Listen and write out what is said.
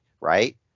right